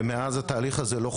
ומאז התהליך הזה לא חודש.